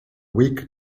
weak